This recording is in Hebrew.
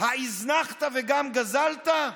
"ההזנחת וגם גזלת"